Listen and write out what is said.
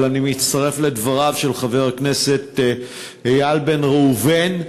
אבל אני מצטרף לדבריו של חבר הכנסת איל בן ראובן.